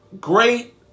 great